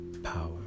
power